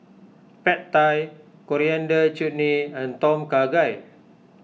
Pad Thai Coriander Chutney and Tom Kha Gai